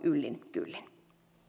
yllin kyllin